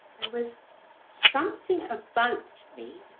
was something about me.